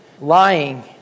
lying